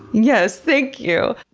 yes, thank you.